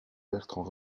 bertrand